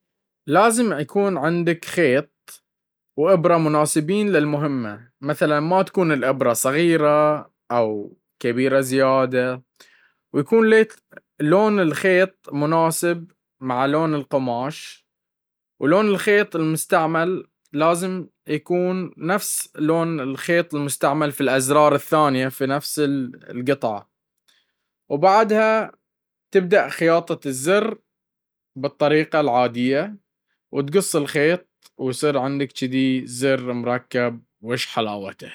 لازم يكون عندك خيط و ابرة مناسبين للمهمة مثلا ما تكون الابرة صغيرة زيادة او كبيرة, ويكون لون الخيط مناسب معى لون القماش ولون الخيط اللمستعمل معى خياطة الازرار الثانين, وبعدها تبداء خياطة الزر.